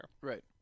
Right